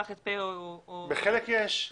בחלק יש.